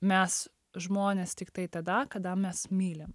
mes žmonės tiktai tada kada mes mylim